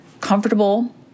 comfortable